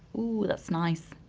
that's nice.